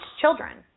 children